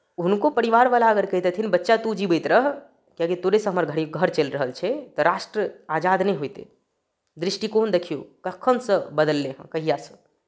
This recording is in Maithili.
हुनको परिवारवला अगर कहितथिन बच्चा तू जीवैत रह किआकि तोरेसँ हमर घरी घर चलि रहल छै तऽ राष्ट्र आजाद नहि होइतै दृष्टिकोण देखियौ कखनसँ बदललैए कहियासँ